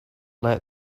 let